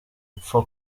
upfa